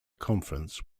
conference